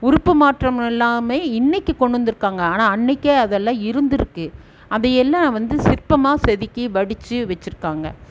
உறுப்பு மாற்றம் எல்லாமே இன்னிக்கு கொண்டு வந்திருக்காங்க ஆனால் அன்னிக்கே அதெல்லாம் இருந்திருக்கு அதையெல்லாம் வந்து சிற்பமாக செதுக்கி வடித்து வைச்சுருக்காங்க